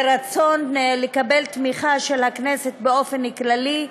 ורצון לקבל תמיכה של הכנסת באופן כללי,